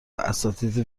اساتید